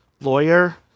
lawyer